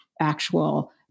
actual